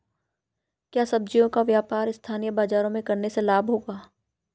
क्या सब्ज़ियों का व्यापार स्थानीय बाज़ारों में करने से लाभ होगा?